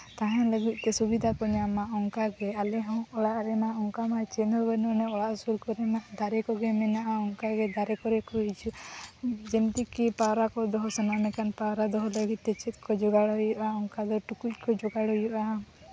ᱛᱟᱦᱮᱱ ᱞᱟᱹᱜᱤᱫᱛᱮ ᱥᱩᱵᱤᱫᱷᱟ ᱠᱚ ᱧᱟᱢᱟ ᱚᱱᱠᱟᱜᱮ ᱟᱞᱮᱦᱚᱸ ᱚᱲᱟᱜ ᱨᱮᱢᱟ ᱚᱱᱠᱟ ᱢᱟ ᱪᱮᱫ ᱦᱚᱸ ᱵᱟᱹᱱᱩᱜ ᱟᱹᱱᱤᱡ ᱚᱲᱟᱜ ᱥᱩᱨ ᱠᱚᱨᱮᱱᱟᱜ ᱫᱟᱨᱮ ᱠᱚᱜᱮ ᱢᱮᱱᱟᱜᱼᱟ ᱚᱱᱠᱟᱜᱮ ᱫᱟᱨᱮ ᱠᱚᱨᱮ ᱠᱚ ᱦᱤᱡᱩᱜᱼᱟ ᱡᱮᱢᱛᱤ ᱠᱚ ᱯᱟᱣᱨᱟ ᱠᱚ ᱫᱚᱦᱚ ᱥᱟᱱᱟᱣᱟ ᱢᱮᱱᱠᱷᱟᱱ ᱯᱟᱣᱨᱟ ᱫᱚᱦᱚ ᱞᱟᱹᱜᱤᱫᱛᱮ ᱪᱮᱫ ᱠᱚ ᱡᱳᱜᱟᱲ ᱦᱩᱭᱩᱜᱼᱟ ᱚᱱᱠᱟᱜᱮ ᱴᱩᱠᱩᱡ ᱠᱚ ᱡᱳᱜᱟᱲ ᱦᱩᱭᱩᱜᱼᱟ